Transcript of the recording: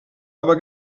aber